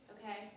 Okay